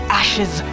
ashes